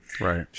Right